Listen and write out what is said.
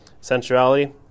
sensuality